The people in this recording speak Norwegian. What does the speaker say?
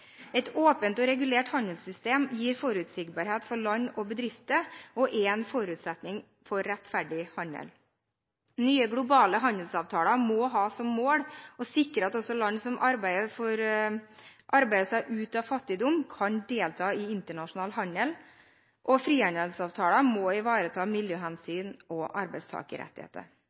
Et åpent og regulert handelssystem gir forutsigbarhet for land og bedrifter og er en forutsetning for rettferdig handel. Nye globale handelsavtaler må ha som mål å sikre at også land som arbeider seg ut av fattigdom, kan delta i internasjonal handel. Frihandelsavtaler må ivareta miljøhensyn og arbeidstakerrettigheter.